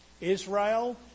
Israel